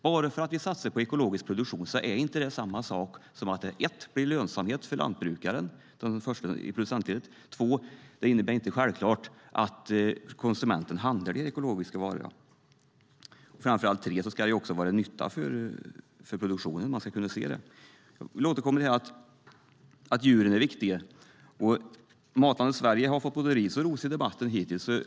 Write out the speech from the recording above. Bara detta att vi satsar på ekologisk produktion innebär inte 1.att det blir lönsamhet för lantbrukaren, i producentledet, 2.att konsumenten självklart handlar de ekologiska varorna, 3.att det blir en nytta för produktionen som man kan se. Jag vill återkomma till att djuren är viktiga. Matlandet Sverige har fått både ris och ros i debatten hittills.